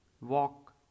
Walk